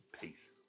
Peace